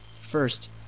First